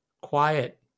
quiet